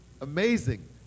Amazing